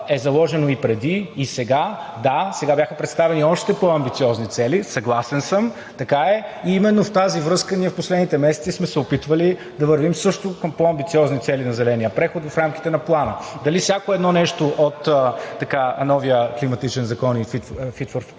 е заложено и преди, и сега. Да, сега бяха представени още по амбициозни цели, съгласен съм, така е. Именно в тази връзка ние в последните месеци сме се опитвали да вървим също към по амбициозни цели на зеления преход в рамките на Плана. Дали всяко едно нещо от новия климатичен закон fifty